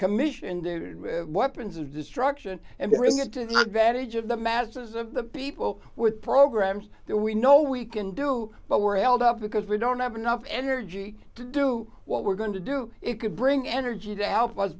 commission dated weapons of destruction and bring it to the advantage of the masses of the people with programs that we know we can do but were held up because we don't have enough energy to do what we're going to do it could bring energy t